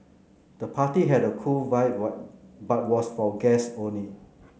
the party had a cool vibe but was for guests only